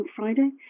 Friday